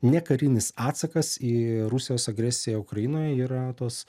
nekarinis atsakas į rusijos agresiją ukrainoje yra tos